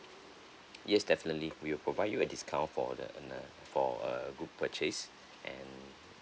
yes definitely we will provide you a discount for the and uh for uh group purchase and